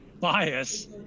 bias